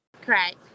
Correct